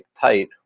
tight